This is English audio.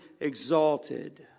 exalted